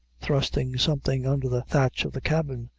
thrusting something under the thatch of the cabin,